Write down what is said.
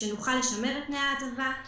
כדי שנוכל לשמר את תנאי ההטבה הזאת.